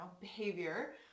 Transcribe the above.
behavior